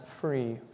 free